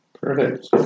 Perfect